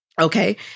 Okay